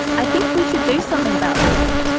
i think we should do something about this.